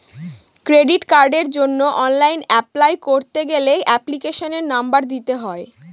credit কার্ডের জন্য online apply করতে গেলে এপ্লিকেশনের নম্বর দিতে হয়